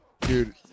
dude